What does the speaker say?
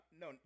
no